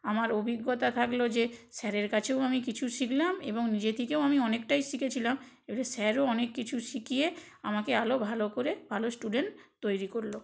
আমার অভিজ্ঞতা থাকলো যে স্যারের কাছেও আমি কিছু শিখলাম এবং নিজে থিকেও আমি অনেকটাই শিখেছিলাম এবারে স্যারও অনেক কিছু শিখিয়ে আমাকে আরও ভালো করে ভালো স্টুডেন্ট তৈরি করলো